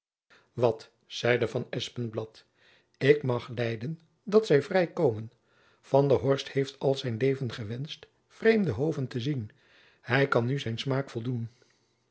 wat zeide van espenblad ik mag lijden dat zy vrij komen van der horst heeft al zijn leven gewenscht vreemde hoven te zien hy kan nu zijn smaak voldoen